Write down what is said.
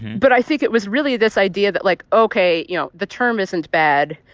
but i think it was really this idea that, like, ok. you know, the term isn't bad,